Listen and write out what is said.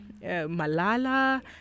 Malala